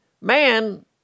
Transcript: Man